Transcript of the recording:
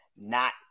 not-